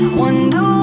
wonder